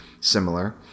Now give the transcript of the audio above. similar